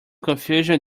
confusion